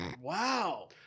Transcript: Wow